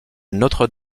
notre